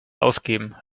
ausgeben